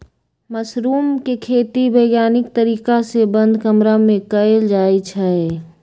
mushroom के खेती वैज्ञानिक तरीका से बंद कमरा में कएल जाई छई